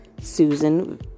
Susan